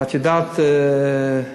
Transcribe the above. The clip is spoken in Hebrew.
את יודעת,